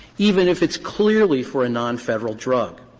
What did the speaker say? even if it's clearly for a non-federal drug.